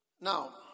Now